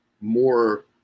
more